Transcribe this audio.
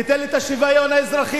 תיתן לי את השוויון האזרחי,